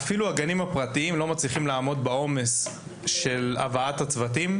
שאפילו הגנים הפרטיים לא מצליחים לעמוד בעומס של הצורך בהבאת צוותים,